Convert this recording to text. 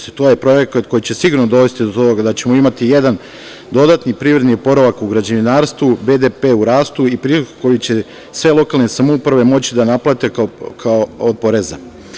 To je projekat koji će sigurno dovesti do toga da ćemo imati jedan dodatni privredni oporavak u građevinarstvu, BDP u rastu i prihod koji će sve lokalne samouprave moći će da naplate od poreza.